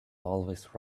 always